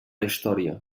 història